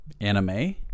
Anime